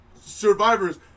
survivors